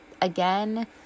again